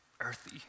earthy